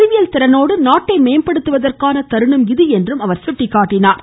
அறிவியல் திறனோடு நாட்டை மேம்படுத்துவதற்கான தருணம் இது என்று அவர் குறிப்பிட்டார்